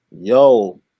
yo